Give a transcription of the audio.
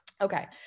Okay